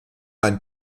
ein